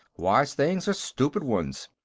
wise things, or stupid ones?